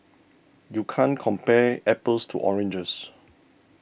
you can't compare apples to oranges